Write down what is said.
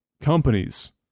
companies